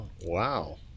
Wow